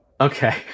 Okay